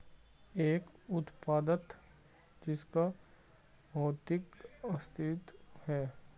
एक उत्पाद जिसका भौतिक अस्तित्व है?